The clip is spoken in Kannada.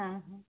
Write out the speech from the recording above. ಹಾಂ ಹಾಂ